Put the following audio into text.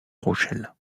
rochelle